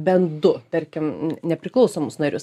bent du tarkim nepriklausomus narius